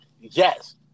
Yes